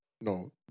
no